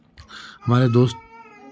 हमारे दोस्त